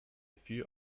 few